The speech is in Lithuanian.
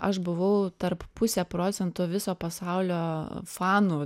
aš buvau tarp pusė procento viso pasaulio fanų